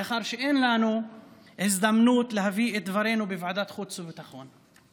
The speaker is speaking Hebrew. מאחר שאין לנו הזדמנות להביא את דברינו בוועדת חוץ וביטחון.